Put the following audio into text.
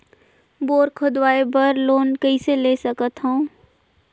Bore खोदवाय बर loan कइसे ले सकथव?